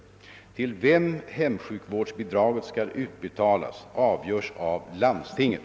Till vem hemsjukvårdsbidraget skall utbetalas avgörs av landstinget.